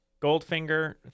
Goldfinger